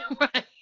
Right